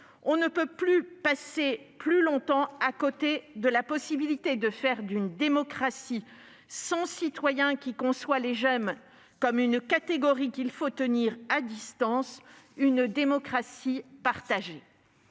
On ne peut passer plus longtemps à côté de la possibilité de faire d'une démocratie « sans citoyens », qui conçoit les jeunes comme une catégorie qu'il faut tenir à distance, une démocratie partagée.